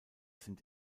sind